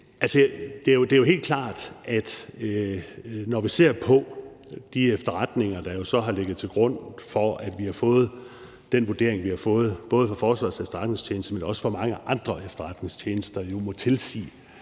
Det er jo helt klart, at når vi ser på de efterretninger, der har ligget til grund for, at vi har fået den vurdering, vi har fået, både fra Forsvarets Efterretningstjeneste, men også fra mange andre efterretningstjenester, så må det jo tilsige,